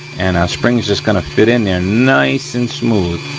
and our spring's just gonna fit in there nice and smooth,